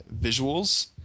visuals